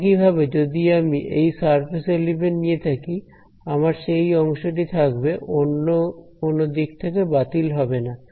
একইভাবে যদি আমি এই সারফেস এলিমেন্ট নিয়ে থাকি আমার সেই অংশটি থাকবে অন্য কোন দিক থেকে বাতিল হবে না